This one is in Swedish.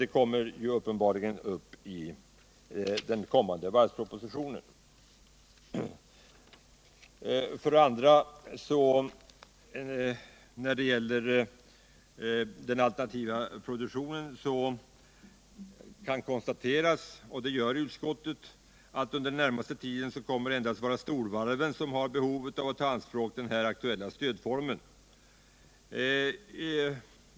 Den kommande varvspropositionen kommer uppenbarligen att innehålla förslag även om detta stöd. När det gäller den alternativa produktionen kan vidare konstateras — och det gör utskottet — att det under den närmaste tiden endast är storvarven som kommer att ha behov av att ta i anspråk den här aktuella stödformen.